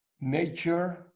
nature